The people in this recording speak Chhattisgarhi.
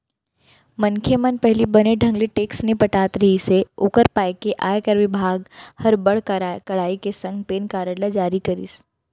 मनखे मन पहिली बने ढंग ले टेक्स नइ पटात रिहिस हे ओकर पाय के आयकर बिभाग हर बड़ कड़ाई के संग पेन कारड ल जारी करिस